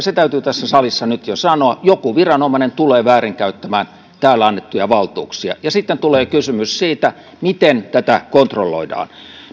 se täytyy tässä salissa nyt jo sanoa joku viranomainen tulee väärinkäyttämään täällä annettuja valtuuksia ja sitten tulee kysymys siitä miten tätä kontrolloidaan